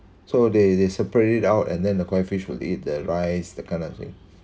so they they separate it out and then the koi fish will eat the rice that kind of thing